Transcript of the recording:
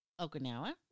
Okinawa